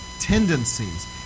tendencies